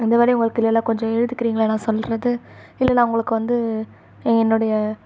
எந்த வேலையும் உங்களுக்கு இல்லைல்ல கொஞ்சம் எழுதிக்கிறிங்களா நான் சொல்கிறது இல்லை நான் உங்களுக்கு வந்து என்னுடைய